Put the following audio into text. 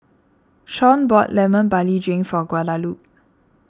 Sean bought Lemon Barley Drink for Guadalupe